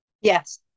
Yes